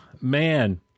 man